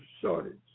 shortage